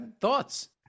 thoughts